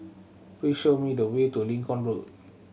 please show me the way to Lincoln Road